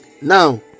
Now